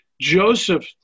Joseph